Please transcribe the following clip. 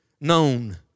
known